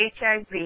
HIV